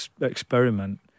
experiment